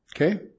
Okay